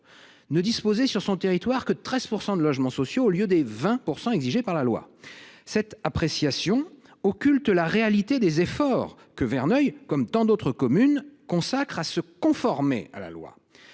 ne dispose sur son territoire que de 13 % de logements sociaux au lieu des 20 % exigés par la loi. Cette appréciation occulte la réalité des efforts que cette commune, comme tant d’autres, consacre à se conformer à la loi.